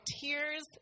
tears